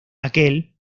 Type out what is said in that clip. aquel